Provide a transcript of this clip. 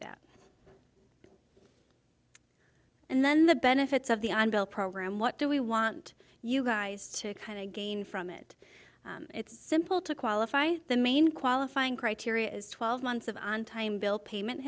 that and then the benefits of the unbuilt program what do we want you guys to kind of gain from it it's simple to qualify the main qualifying criteria is twelve months of on time bill payment